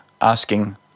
asking